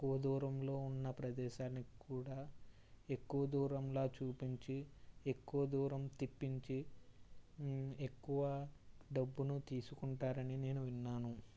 తక్కువ దూరంలో ఉన్న ప్రదేశానికి కూడా ఎక్కువ దురంలా చూపించి ఎక్కువ దూరం తిప్పించి ఎక్కువ డబ్బును తీసుకుంటారని నేను విన్నాను